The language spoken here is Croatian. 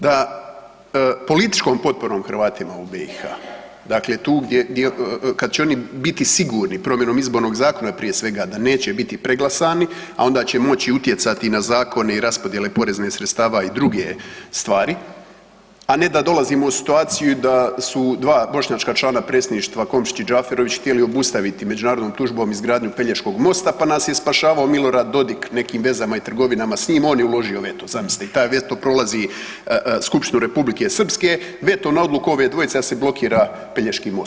Da političkom potporom Hrvatima u BiH, dakle tu gdje kad će oni biti sigurni promjenom izbornog zakona prije svega da neće biti preglasani, a onda će moći utjecati na zakone i raspodjele poreznih sredstava i druge stvari, a ne da dolazimo u situaciju da su 2 bošnjačka člana predsjedništva Komšić i Džaferović htjeli obustaviti međunarodnom tužbom izgradnju Pelješkog mosta pa nas je spašavao Milorad Dodik nekim vezama i trgovinama s njim, on je uložio veto zamislite i taj veto prolazi skupštinu Republike Srpske, veto na odluku ove dvojice da se blokira Pelješki most.